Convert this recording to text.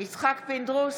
פינדרוס,